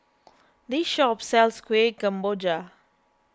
this shop sells Kueh Kemboja